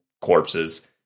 corpses